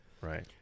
Right